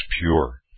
pure